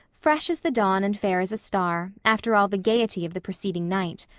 fresh as the dawn and fair as a star, after all the gaiety of the preceding night.